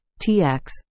TX